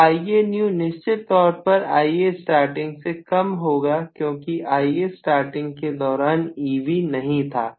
और Ia new निश्चित तौर पर Ia starting से कम होगा क्योंकि Ia starting के दौरान Eb नहीं था